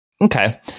okay